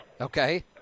Okay